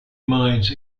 mines